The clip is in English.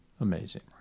amazing